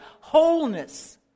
wholeness